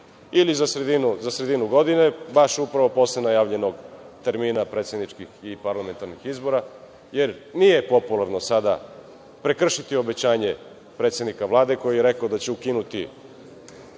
ili za sredinu godine, baš upravo posle najavljenog termina predsedničkih i parlamentarnih izbora, jer nije popularno sada prekršiti obećanje predsednika Vlade koji je rekao da će ukinuti